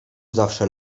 zawsze